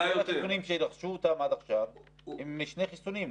כל החיסונים שרכשו עד עכשיו הם שני חיסונים,